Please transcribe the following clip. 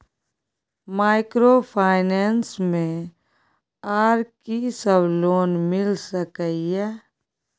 Microfinance मे आर की सब लोन मिल सके ये?